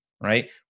right